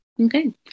Okay